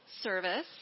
service